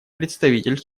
представитель